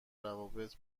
روابط